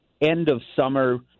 end-of-summer